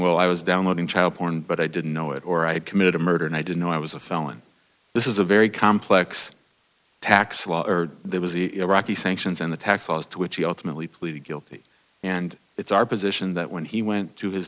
well i was downloading child porn but i didn't know it or i had committed a murder and i didn't know i was a felon this is a very complex tax lawyer there was iraqi sanctions and the tax laws to which he ultimately pleaded guilty and it's our position that when he went to his